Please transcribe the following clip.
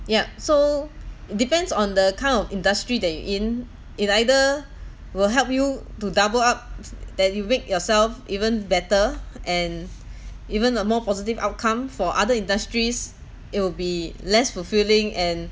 yup so depends on the kind of industry that you're in it either will help you to double up that you make yourself even better and even a more positive outcome for other industries it will be less fulfilling and